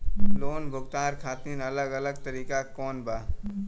Loan भुगतान खातिर अलग अलग तरीका कौन बा?